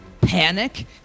panic